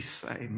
say